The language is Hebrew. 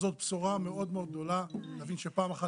זאת בשורה מאוד גדולה להבין שפעם אחת